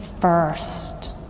first